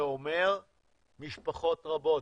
זה אומר משפחות רבות.